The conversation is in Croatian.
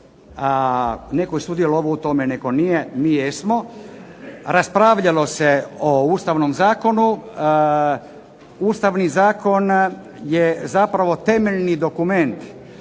netko je sudjelovao u tome netko nije, mi jesmo. Raspravljalo se o Ustavnom zakonu. Ustavni zakon je zapravo temeljni dokument